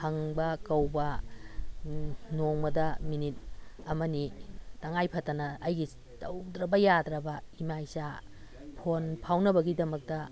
ꯍꯪꯕ ꯀꯧꯕ ꯅꯣꯡꯃꯗ ꯃꯤꯅꯤꯠ ꯑꯃꯅꯤ ꯇꯉꯥꯏ ꯐꯗꯅ ꯑꯩꯒꯤ ꯇꯧꯗ꯭ꯔꯥꯕ ꯌꯥꯗ꯭ꯔꯥꯕ ꯏꯃꯥ ꯏꯆꯥ ꯐꯣꯟ ꯐꯥꯎꯅꯕꯒꯤꯗꯃꯛꯇ